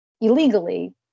illegally